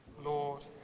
Lord